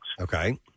Okay